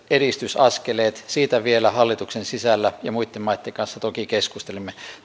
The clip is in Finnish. edistysaskeleet vielä hallituksen sisällä ja muitten maitten kanssa toki keskustelemme